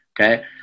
okay